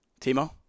Timo